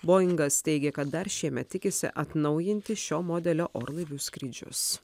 boingas teigia kad dar šiemet tikisi atnaujinti šio modelio orlaivių skrydžius